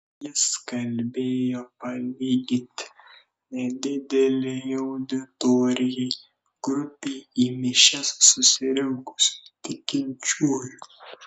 jis kalbėjo palyginti nedidelei auditorijai grupei į mišias susirinkusių tikinčiųjų